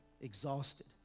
Exhausted